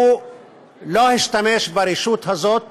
והוא לא השתמש ברשות הזאת